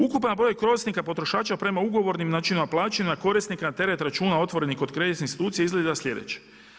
Ukupan broj korisnika potrošača prema ugovornim načina plaćanja korisnik na teret računa otvorenih kod kreditnih institucija izgleda sljedeće.